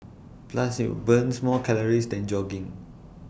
plus IT burns more calories than jogging